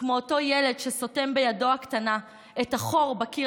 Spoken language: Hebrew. כמו אותו ילד שסותם בידו הקטנה את החור בקיר